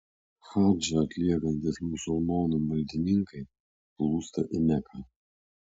hadžą atliekantys musulmonų maldininkai plūsta į meką